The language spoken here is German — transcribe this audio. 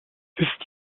wisst